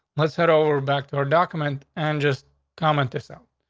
let's head over back to her document and just comment this out.